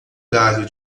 galho